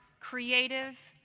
creative.